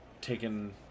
taken